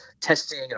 testing